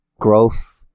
growth